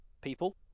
people